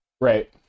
Right